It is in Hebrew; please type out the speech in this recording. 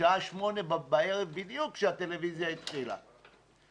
בשעה שמונה בערב, בדיוק כשהטלוויזיה התחילה.